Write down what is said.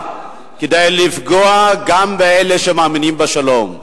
כדי לפגוע גם באלה שמאמינים בשלום.